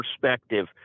perspective